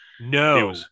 no